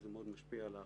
זה מאוד משפיע על ההחלטה.